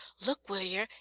look, will yer,